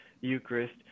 Eucharist